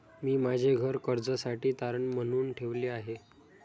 मी माझे घर कर्जासाठी तारण म्हणून ठेवले आहे